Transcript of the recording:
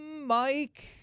Mike